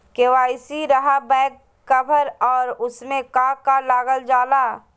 KYC रहा back cover और उसमें का का लागल जाला?